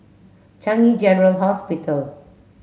Changi General Hospital